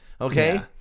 Okay